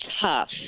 tough